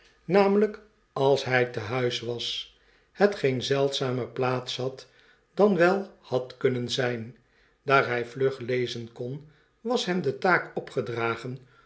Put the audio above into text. als hy te huis was hetgeen zeldzamer plaats had dan wel had kunnen zijn daar by vlug lezen kon was hem de taakopgedragen om